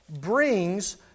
brings